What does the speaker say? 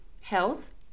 health